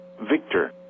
Victor